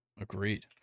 Agreed